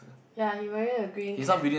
ya he wearing a green cap